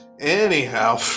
Anyhow